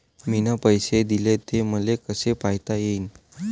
मिन पैसे देले, ते मले कसे पायता येईन?